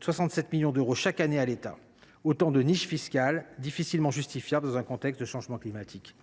67 millions d’euros chaque année à l’État. Il y a là autant de niches fiscales difficilement justifiables dans un contexte de changement climatique.